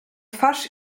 twarz